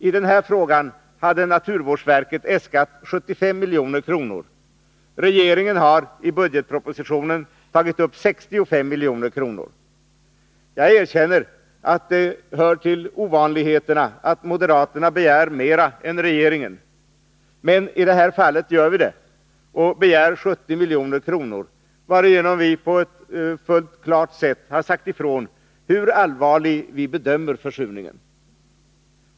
I den här frågan hade naturvårdsverket äskat 75 milj.kr. Regeringen har i budgetpropositionen tagit upp 65 milj.kr. Jag erkänner att det hör till ovanligheterna att moderaterna begär mera än regeringen. Men i det här fallet gör vi det och begär 70 milj.kr., varigenom vi på ett fullt klart sätt sagt ifrån hur allvarlig vi bedömer försurningen.